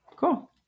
Cool